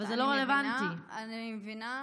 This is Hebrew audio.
אני מבינה,